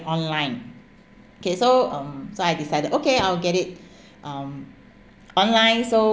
online okay so um so I decided okay I'll get it um online so~